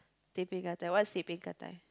teh peng lah that one is teh peng gah dai